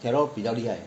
carol 比较厉害